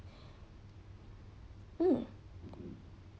mm